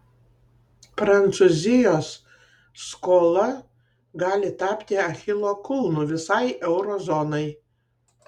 prancūzijos skola gali tapti achilo kulnu visai euro zonai